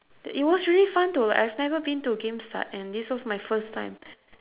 t~ it was really fun to I have never been to gamestart and this was my first time